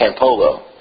Campolo